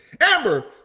Amber